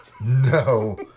No